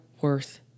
worth